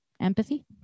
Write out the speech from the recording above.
Empathy